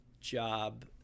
job